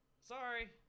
sorry